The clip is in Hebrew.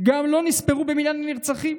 גם לא נספרו במניין הנרצחים.